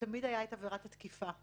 ותמיד היתה עבירת התקיפה,